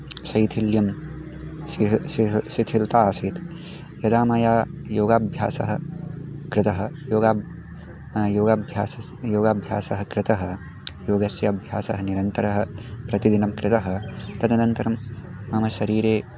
शैथिल्यं शिह् शिह् शिथिलता आसीत् यदा मया योगाभ्यासः कृतः योगाब् योगाभ्यासस्य योगाभ्यासः कृतः योगस्य अभ्यासः निरन्तरः प्रतिदिनं कृतः तदनन्तरं मम शरीरे